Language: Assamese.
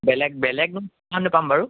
বেলগ বেলেগ নোটছ্ পাম নাপাম বাৰু